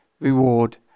reward